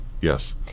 yes